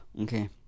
Okay